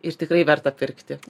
ir tikrai verta pirkti